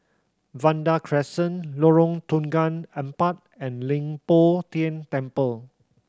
Vanda Crescent Lorong Tukang Empat and Leng Poh Tian Temple